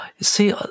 see